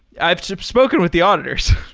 i've spoken with the auditors.